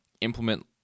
implement